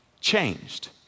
changed